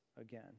again